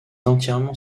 entièrement